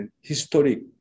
historic